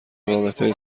رابطه